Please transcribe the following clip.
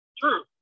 true